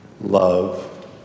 love